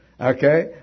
Okay